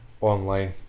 online